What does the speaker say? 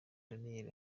daniel